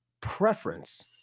preference